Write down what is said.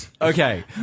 Okay